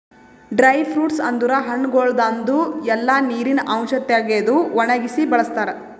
dry fruits ಅಂದುರ್ ಹಣ್ಣಗೊಳ್ದಾಂದು ಎಲ್ಲಾ ನೀರಿನ ಅಂಶ ತೆಗೆದು ಒಣಗಿಸಿ ಬಳ್ಸತಾರ್